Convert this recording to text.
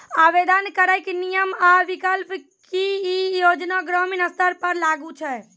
आवेदन करैक नियम आ विकल्प? की ई योजना ग्रामीण स्तर पर लागू छै?